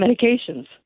medications